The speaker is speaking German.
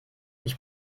ich